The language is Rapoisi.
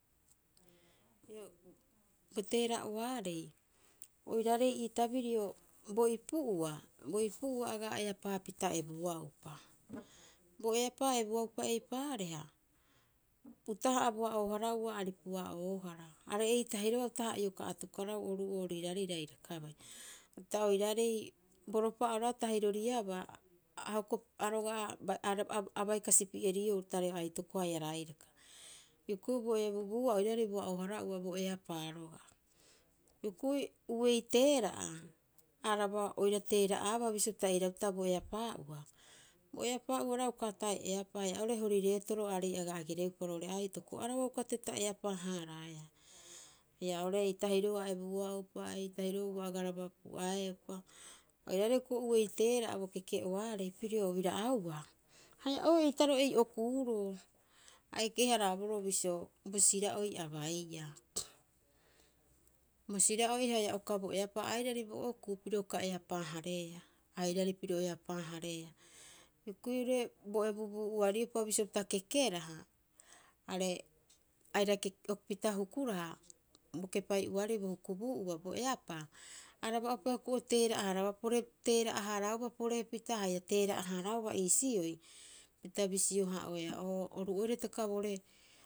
Bo teera'a'uaarei oiraarei ii tabirio bo ipu'ua, bo ipu'ua aga eapaapita ebuaupa. Bo eapaa a ebuaupa, eipaareha utaha'a boa oo- hara'oa aripua'oohara. Are'ei tahi roga'a utaha'a ia ioka atukara oru oo riiraarei rarakaka bai. Pita oiraarei bo ropa'oo roga'a tahiroriabaa a bai kasipieriou tareo aitoko haia rairaka. Hioko'i bo ebubuu'ua oiraarei bo a'ooharahua bo eapaa roga'a. Hioko'i uei teera'a, araba oira teera'aaba bisio pita iraupita bo eapaa'ua. Bo eapaa'ua roga'a uka ata'e eapaa haia oo'ore hori reetoro aarei aga agereupa roo'ore aitoko, araba roga'a uka ata'epita eapaa- haaraea. Haia oo'ore eitahi ro oo a ebuaaupa, eitahiro'oo ua agaraba pu'aeupa. Oiraarei hioko'i uei teera'a bo keke'oaarei pirio obira'ubaa, haia o eitaro ei okuuroo. A eke- haraaboroo bisio bo sira'oi a baiia, bo sira'oi haia uka bo eapaa. Airari haia bo okuu piro uka eapaa- hareea, airari piro eapaa- hareea. Hioko'i oo'ore bo ebubuu'ua riopa bisio pita kekeraha, are aira keke pita hukuraha bo kepai'uaarei bo hukubuu'ua bo eapaa, araba'upa hioko'i o teera'a- haraaba pore, o teera'a- haaraauba porepita haia teera'a- haaraauba iisioi, pita bisio- haa'oea, oo oru oira hitaka oo'ore.